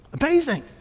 Amazing